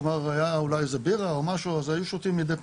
כלומר הייתה איזו בירה או משהו והיינו שותים מידי פעם.